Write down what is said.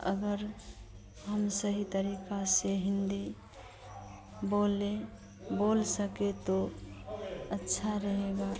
अगर हम सही तरीक़े से हिन्दी बोल लें बोल सकें तो अच्छा रहेगा